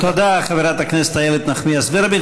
תודה, חברת הכנסת איילת נחמיאס ורבין.